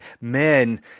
men